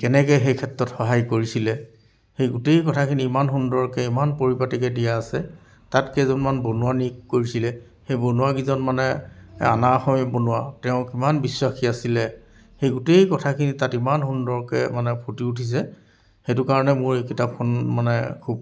কেনেকে সেই ক্ষেত্ৰত সহায় কৰিছিলে সেই গোটেই কথাখিনি ইমান সুন্দৰকৈ ইমান পৰিপাটিকৈ দিয়া আছে তাত কেইজনমান বনুৱা নিয়োগ কৰিছিলে সেই বনুৱা কেইজনমানে অনা অসমীয়া বনুৱা তেওঁ কিমান বিশ্বাসী আছিলে সেই গোটেই কথাখিনি তাত ইমান সুন্দৰকৈ মানে ফুটি উঠিছে সেইটো কাৰণে মোৰ এই কিতাপখন মানে খুব